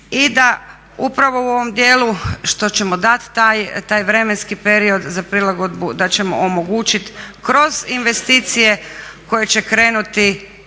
i da upravo u ovom dijelu što ćemo dati taj vremenski period za prilagodbu da ćemo omogućit kroz investicije koje će krenuti